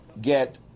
get